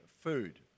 food